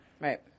Right